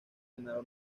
genaro